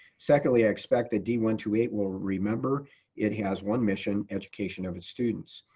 secondly, i expect that d one two eight will remember it has one mission, education of its students.